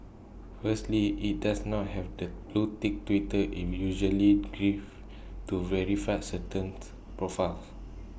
firstly IT does not have the blue tick Twitter in usually gives to verify certain profiles